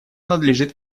надлежит